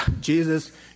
Jesus